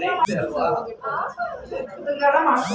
ಹಣವನ್ನು ಆರ್.ಟಿ.ಜಿ.ಎಸ್ ಮಾಡಲು ಶುಲ್ಕವೇನಾದರೂ ಇದೆಯೇ?